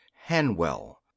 hanwell